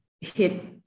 hit